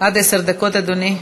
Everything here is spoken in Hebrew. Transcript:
עד עשר דקות, אדוני.